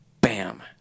Bam